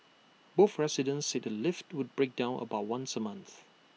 both residents said A lift would break down about once A month